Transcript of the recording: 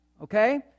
okay